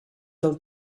del